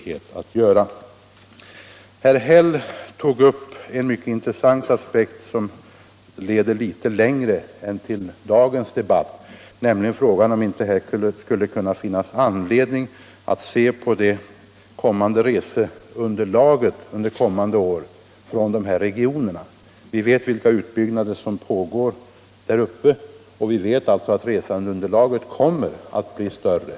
Herr Häll tog upp en mycket intressant aspekt som leder litet längre än till dagens debatt, nämligen frågan om det inte skulle finnas anledning att undersöka reseunderlaget från dessa regioner under kommande år. Vi vet vilka utbyggnader som pågår där uppe och att resandeunderlaget kommer att bli större.